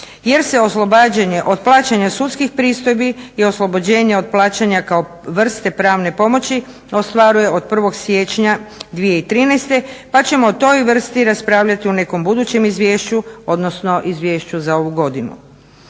jer se oslobađanje od plaćanja sudskih pristojbi i oslobođenje od plaćanja kao vrste pravne pomoći ostvaruje od 1.siječnja 2013.pa ćemo o toj vrsti raspravljati u nekom budućem izvješću odnosno izvješću za ovu godinu.